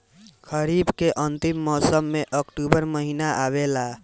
खरीफ़ के अंतिम मौसम में अक्टूबर महीना आवेला?